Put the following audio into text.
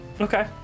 Okay